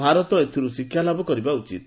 ଭାରତ ଏଥିରୁ ଶିକ୍ଷାଲାଭ କରିବା ଉଚିତ